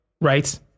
right